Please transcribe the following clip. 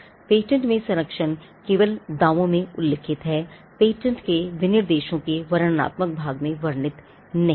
patent में संरक्षण केवल दावों में उल्लिखित है पेटेंट के विनिर्देशों के वर्णनात्मक भाग में वर्णित नहीं है